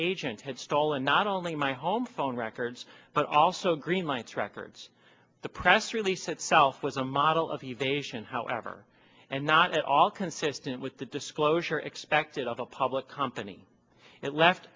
agent had stolen not only my home phone records but also greenlights records the press release itself was a model of evasion however and not at all consistent with the disclosure expected of a public company it left